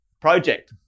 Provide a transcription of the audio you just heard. project